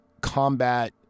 combat